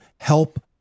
help